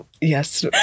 Yes